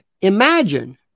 imagine